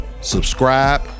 subscribe